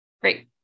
Great